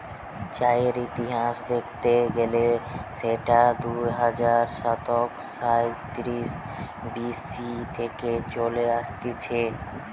চায়ের ইতিহাস দেখতে গেলে সেটা দুই হাজার সাতশ সাইতিরিশ বি.সি থেকে চলে আসতিছে